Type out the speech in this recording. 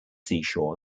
seashore